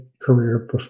career